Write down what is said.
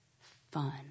fun